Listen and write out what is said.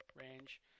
range